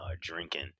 drinking